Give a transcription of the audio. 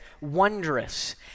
wondrous